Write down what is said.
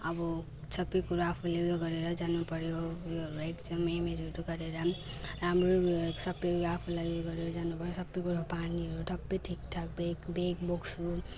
अब सबै कुरो आफूले ऊ यो गरेर जानु पर्यो सबै कुरो पानीहरू सबै ठिक ठाक ब्याग ब्याग बोक्छु